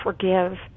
forgive